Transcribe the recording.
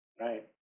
Right